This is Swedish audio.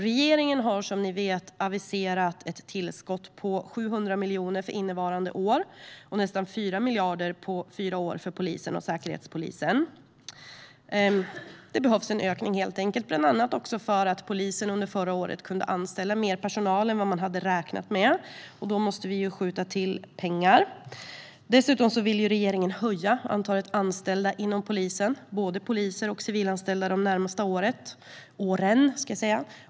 Regeringen har, som ni vet, aviserat ett tillskott på 700 miljoner för innevarande år och nästan 4 miljarder under fyra år för polisen och Säkerhetspolisen. Det behövs en ökning, helt enkelt, bland annat för att polisen under förra året anställde mer personal än vad man hade räknat med. Då måste vi skjuta till pengar. Dessutom vill regeringen höja antalet anställda inom polisen, både poliser och civilanställda, de närmaste åren.